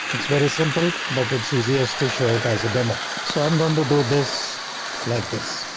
it's very simple, but it's easiest to show it as a demo, so i'm going to do this like this.